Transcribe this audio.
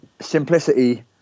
Simplicity